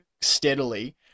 steadily